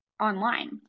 online